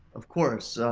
of course,